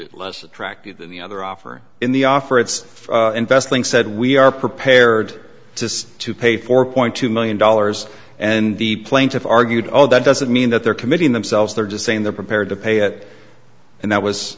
it less attractive than the other offer in the offer it's investing said we are prepared to to pay four point two million dollars and the plaintiff argued oh that doesn't mean that they're committing themselves they're just saying they're prepared to pay it and that was